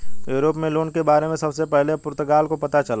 Europe में loan के बारे में सबसे पहले पुर्तगाल को पता चला